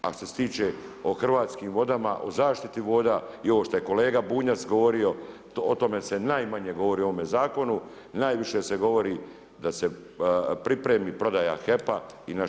A što se tiče o Hrvatskim vodama o zaštiti voda i ovo što je kolega Bunjac govorio o tome se najmanje govori u ovome zakonu, najviše se govori da se pripremi prodaja HEP- a i naših resursa.